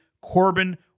Corbin